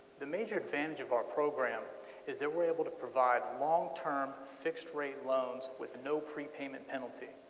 the major advantage of our program is that we're able to provide long-term fixed rate loans with no prepayment penalty